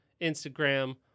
Instagram